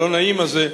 הלא-נעים הזה,